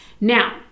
Now